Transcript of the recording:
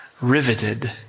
riveted